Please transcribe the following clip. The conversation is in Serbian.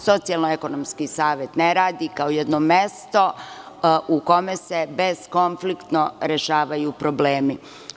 Socijalno-ekonomski savet ne radi kao jedno mesto u kome se beskonfliktno rešavaju problemi.